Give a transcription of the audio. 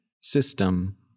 system